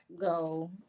go